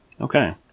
Okay